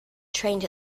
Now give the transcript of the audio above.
trained